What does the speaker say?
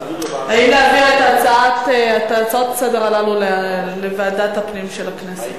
אם להעביר את ההצעות הללו לסדר-היום לוועדת הפנים של הכנסת.